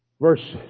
verse